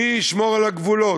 מי ישמור על הגבולות?